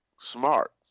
smart